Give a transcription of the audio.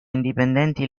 indipendenti